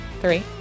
Three